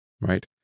right